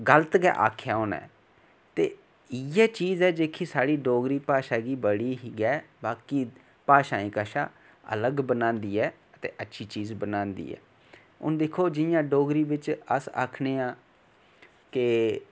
गल्त गै आखेआ होना ऐ ते इयै चीज ऐ जेह्की साढ़ी बड़ी गै बाकी भाशाएं कशा अलग बनांदी ऐ हून दिक्खो डोगरी बिच अस आखनें आं ते